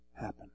happen